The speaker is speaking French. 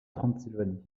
transylvanie